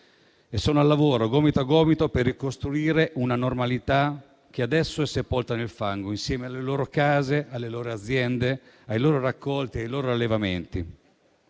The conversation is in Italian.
Sono a lavoro, gomito a gomito, per ricostruire una normalità che adesso è sepolta nel fango, insieme alle loro case, alle loro aziende, ai loro raccolti, ai loro allevamenti.